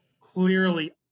clearly